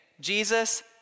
Jesus